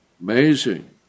Amazing